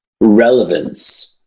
relevance